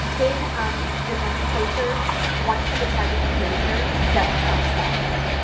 in the nomenclature, once somebody has a behavior, that trumps thoughts.